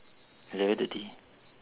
eleven thirty